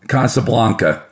Casablanca